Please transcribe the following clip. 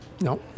No